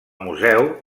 museu